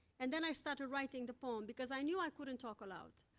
and then, i started writing the poem, because i knew i couldn't talk aloud.